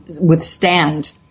withstand